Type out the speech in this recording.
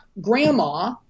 grandma